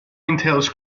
entails